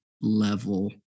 level